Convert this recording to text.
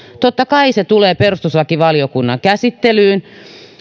totta kai se tulee perustuslakivaliokunnan käsittelyyn